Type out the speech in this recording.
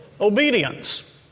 obedience